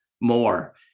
more